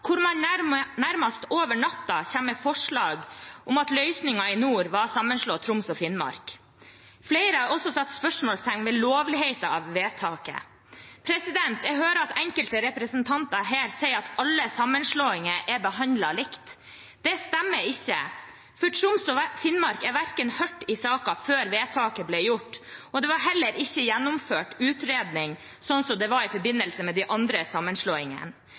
over natten kommer med forslag om at løsningen i nord er å sammenslå Troms og Finnmark. Flere har også satt spørsmålstegn ved lovligheten av vedtaket. Jeg hører enkelte representanter her si at alle sammenslåinger er behandlet likt. Det stemmer ikke, for Troms og Finnmark ble ikke hørt i saken før vedtaket ble gjort, og det ble heller ikke gjennomført noen utredning, slik det ble i forbindelse med de andre